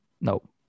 Nope